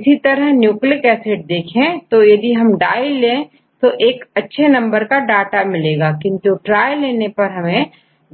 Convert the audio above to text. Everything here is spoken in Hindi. इसी तरह न्यूक्लिक एसिड देखें तो यदि डाई लें तो एक अच्छे नंबर का डाटा मिलेगा किंतु ट्राई लेने से हमें